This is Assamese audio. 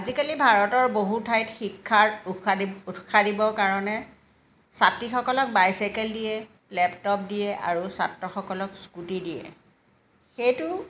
আজিকালি ভাৰতৰ বহু ঠাইত শিক্ষাৰ উৎসাহ দিব উৎসাহ দিবৰ কাৰণে ছাত্ৰীসকলক বাইচাইকেল দিয়ে লেপটপ দিয়ে আৰু ছাত্ৰসকলক স্কুটি দিয়ে সেইটো